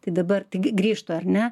tai dabar taigi grįžtu ar ne